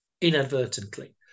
inadvertently